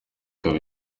ikaba